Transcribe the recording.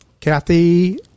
Kathy